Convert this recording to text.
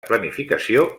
planificació